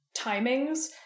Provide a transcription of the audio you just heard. timings